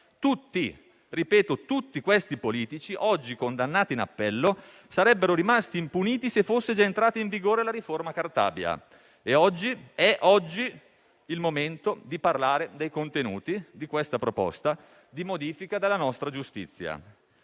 Tutti - ripeto tutti - questi politici oggi condannati in appello sarebbero rimasti impuniti se fosse già entrata in vigore la riforma Cartabia. È oggi il momento di parlare dei contenuti della proposta di modifica della nostra giustizia.